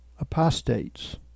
apostates